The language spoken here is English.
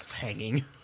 hanging